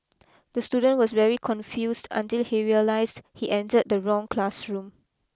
the student was very confused until he realised he entered the wrong classroom